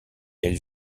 elle